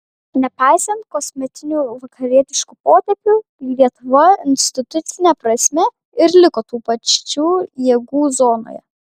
nepaisant kosmetinių vakarietiškų potėpių lietuva institucine prasme ir liko tų pačių jėgų zonoje